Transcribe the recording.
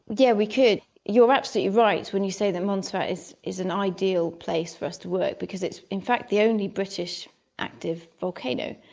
yeah we could. you're absolutely right when you say that montserrat is is an ideal place for us to work because it's in fact the only british active volcano,